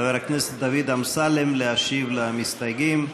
חבר הכנסת דוד אמסלם להשיב למסתייגים.